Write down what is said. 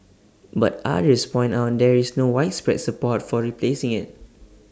but others point out there is no widespread support for replacing IT